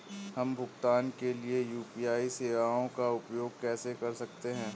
हम भुगतान के लिए यू.पी.आई सेवाओं का उपयोग कैसे कर सकते हैं?